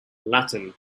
latin